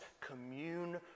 commune